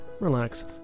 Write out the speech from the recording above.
relax